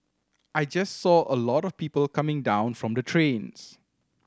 I just saw a lot of people coming down from the trains